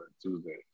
Tuesday